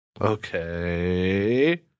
Okay